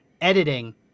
editing